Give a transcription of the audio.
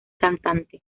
cantante